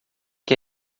que